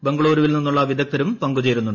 ബംഗളൂരുവിൽ നിന്നുള്ള വിദഗ്ദ്ധരും പങ്കുചേരുന്നുണ്ട്